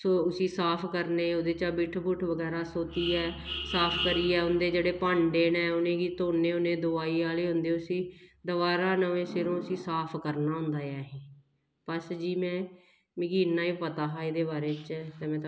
उसी साफ करने ओह्दे चा बिट्ठ बुट्ठ बगैरा सोतियै साफ करियै उं'दे जेह्ड़े भांडे न उ'नेंगी धोन्ने होन्ने दवाईं आह्ले होंदे उसी दबारा नमें सिरुं उसी साफ करना होंदा ऐ असें उसी बस जी में मिगी इन्ना गै पता हा एह्दे बारे च ते में